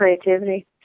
creativity